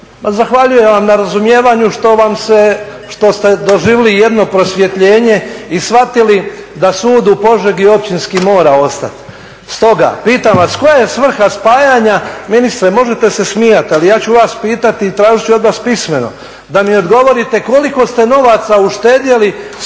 Zahvaljujem vam na razumijevanju što ste doživjeli jedno prosvjetljenje i shvatili da Općinski sud u Požegi mora ostati. Stoga pitam vas koja je svrha spajanja? Ministre možete se smijati i ja ću vas pitati i tražit ću od vas pismeno da mi odgovorite koliko ste novaca uštedjeli